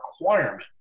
requirement